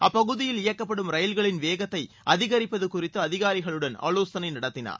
அப்பகுதியில் இயக்கப்படும் ரயில்களின் வேகத்தை அதிகரிப்பது குறித்து அதிகாரிகளுடன் ஆலோசனை நடத்தினார்